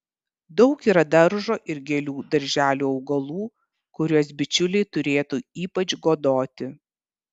daug yra daržo ir gėlių darželių augalų kuriuos bičiuliai turėtų ypač godoti